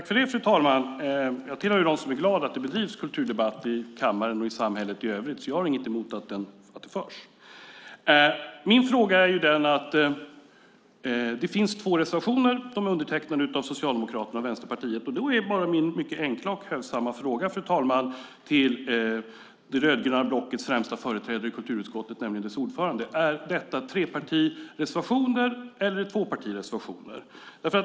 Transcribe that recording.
Fru talman! Jag tillhör dem som är glada över att det förs en kulturdebatt i kammaren och i samhället i övrigt, och jag har inget emot att den förs. Det finns två reservationer från Socialdemokraterna och Vänsterpartiet. Min enkla fråga till det rödgröna blockets främsta företrädare i kulturutskottet, nämligen dess ordförande, är: Är detta trepartireservationer eller tvåpartireservationer?